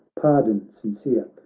pardon sincere,